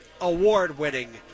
award-winning